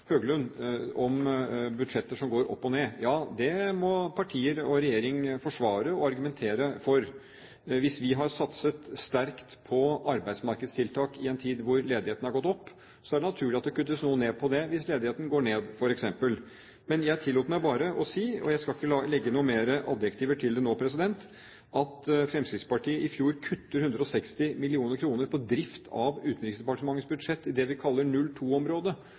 om budsjetter som går opp og ned. Ja, det må partier og regjering forsvare og argumentere for. Hvis vi har satset sterkt på arbeidsmarkedstiltak i en tid hvor ledigheten har gått opp, er det naturlig at det kuttes noe ned på det hvis ledigheten går ned, f.eks. Men jeg tillot meg bare å si – og jeg skal ikke legge til noen flere adjektiver nå – at Fremskrittspartiet i fjor kuttet 160 mill. kr på drift av Utenriksdepartementets budsjett i det vi kaller